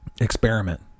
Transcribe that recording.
experiment